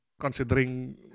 Considering